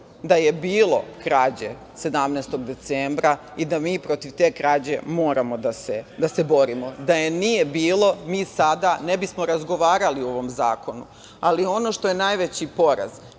da je bilo krađe 17. decembra i da mi protiv te krađe moramo da se borimo. Da je nije bilo, mi sada ne bismo razgovarali o ovom zakonu. Ali, ono što je najveći poraz